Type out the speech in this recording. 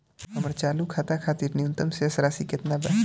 हमर चालू खाता खातिर न्यूनतम शेष राशि केतना बा?